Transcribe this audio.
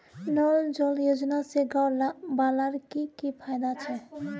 नल जल योजना से गाँव वालार की की फायदा छे?